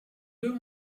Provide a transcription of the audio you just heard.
deux